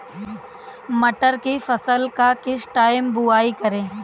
मटर की फसल का किस टाइम बुवाई करें?